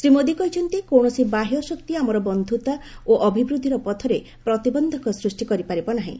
ଶ୍ରୀ ମୋଦୀ କହିଛନ୍ତି କୌଶସି ବାହ୍ୟ ଶକ୍ତି ଆମର ବନ୍ଧୁତା ଓ ଅଭିବୃଦ୍ଧିର ପଥରେ ପ୍ରତିବନ୍ଧକ ସୃଷ୍ଟି କରିପାରିବ ନାହିଁ